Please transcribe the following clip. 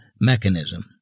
mechanism